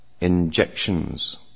injections